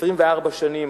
24 שנים